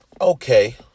Okay